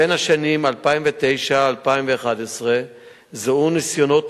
בין שנת 2009 ל-2011 זוהו ניסיונות